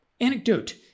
anecdote